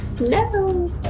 No